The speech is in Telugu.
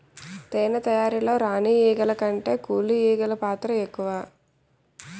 తేనె తయారీలో రాణి ఈగల కంటే కూలి ఈగలు పాత్ర ఎక్కువ